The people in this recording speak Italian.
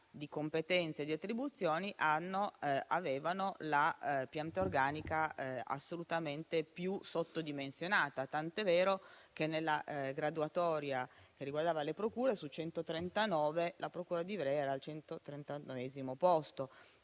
di competenze e di attribuzioni, avevano la pianta organica assolutamente più sottodimensionata, tanto che nella graduatoria che riguardava le procure, su 139, la procura di Ivrea era al centotrentanovesimo posto.